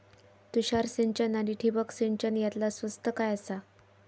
तुषार सिंचन आनी ठिबक सिंचन यातला स्वस्त काय आसा?